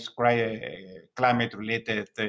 climate-related